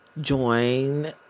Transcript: join